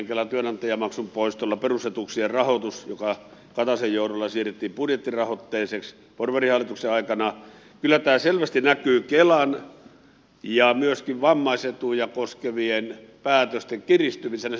kelan työnantajamaksun poistolla perusetuuksien rahoitus joka kataisen johdolla siirrettiin budjettirahoitteiseksi porvarihallituksen aikana kyllä selvästi näkyy kelan ja myöskin vammaisetuja koskevien päätösten kiristymisenä